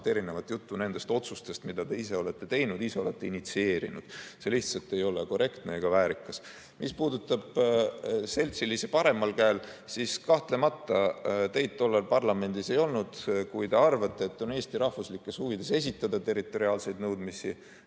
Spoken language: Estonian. erinevat juttu nendest otsustest, mida te ise olete teinud, ise olete initsieerinud. See lihtsalt ei ole korrektne ega väärikas. Mis puudutab seltsilisi paremal käel, siis kahtlemata teid tollal parlamendis ei olnud. Kui te arvate, et Eesti rahvuslikes huvides on esitada territoriaalseid nõudmisi